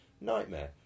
nightmare